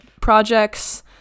projects